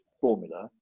formula